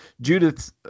Judith